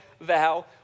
vow